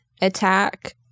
attack